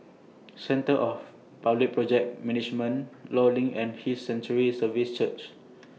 Centre of Public Project Management law LINK and His Sanctuary Services Church